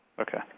Okay